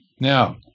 now